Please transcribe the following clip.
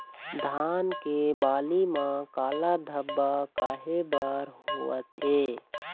धान के बाली म काला धब्बा काहे बर होवथे?